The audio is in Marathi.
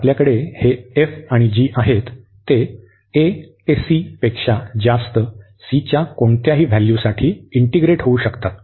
तर आपल्याकडे हे आणि आहेत ते पेक्षा जास्त च्या कोणत्याही व्हॅल्यूसाठी इंटीग्रेट होऊ शकतात